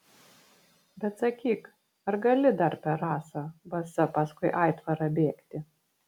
bet sakyk ar gali dar per rasą basa paskui aitvarą bėgti